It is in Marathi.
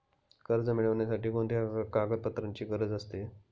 कर्ज मिळविण्यासाठी कोणत्या कागदपत्रांची गरज असते?